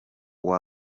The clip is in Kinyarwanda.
ngo